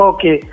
Okay